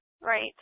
right